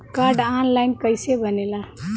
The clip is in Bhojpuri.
कार्ड ऑन लाइन कइसे बनेला?